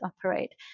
operate